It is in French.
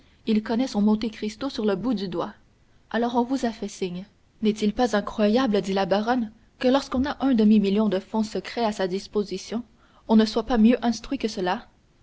il connaît son monte cristo sur le bout du doigt alors on vous a fait signe n'est-il pas incroyable dit la baronne que lorsqu'on a un demi-million de fonds secrets à sa disposition on ne soit pas mieux instruit que cela